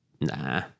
Nah